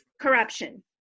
corruption